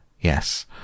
Yes